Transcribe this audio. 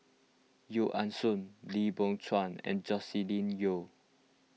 Yeo Ah Seng Lim Biow Chuan and Joscelin Yeo